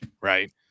right